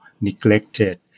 neglected